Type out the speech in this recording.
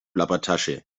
plappertasche